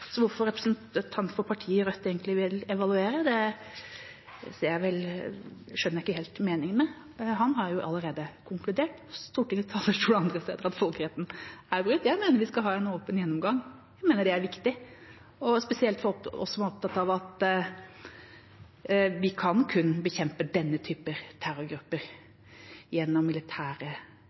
Så hvorfor representanten for partiet Rødt egentlig vil evaluere, skjønner jeg ikke helt meningen med. Han har jo allerede konkludert, på Stortingets talerstol og andre steder, med at folkeretten er brutt. Jeg mener vi skal ha en åpen gjennomgang; jeg mener det er viktig. Spesielt for oss som er opptatt av at vi kun kan bekjempe denne typen terrorgrupper gjennom militære